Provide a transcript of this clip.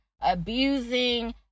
abusing